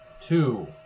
two